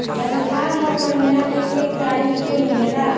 तनखाह हर महीना में एक तारीख के मिलेला